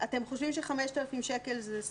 חושבים ש-5,000 שקל זה סכום הולם?